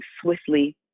swiftly